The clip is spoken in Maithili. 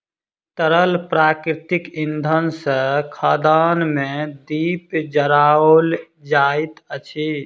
तरल प्राकृतिक इंधन सॅ खदान मे दीप जराओल जाइत अछि